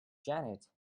janet